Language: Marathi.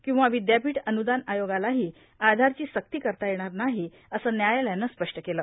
किंवा विद्यापीठ अन्रदान आयोगालाही आधारची सक्ती करता येणार नाही असं न्यायालयानं स्पष्ट केलं